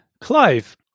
Clive